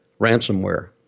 ransomware